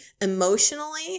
emotionally